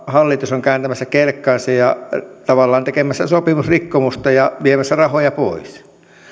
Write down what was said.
hallitus on kääntämässä kelkkaansa ja tavallaan tekemässä sopimusrikkomusta ja viemässä rahoja pois